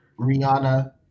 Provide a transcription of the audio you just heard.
Rihanna